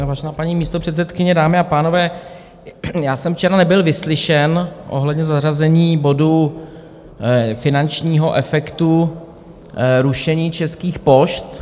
Vážená paní místopředsedkyně, dámy a pánové, včera jsem nebyl vyslyšen ohledně zařazení bodu finančního efektu rušení českých pošt.